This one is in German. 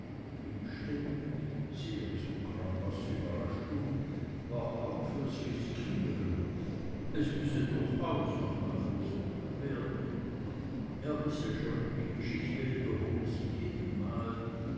innstetten sehr zu crampas überraschung war auch fürs riskieren es müsse durchaus noch mal versucht werden er wisse schon die geschichte wiederholte sich